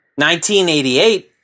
1988